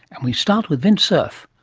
and we start with vint cerf,